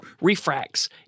refracts